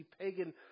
pagan